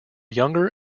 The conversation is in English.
younger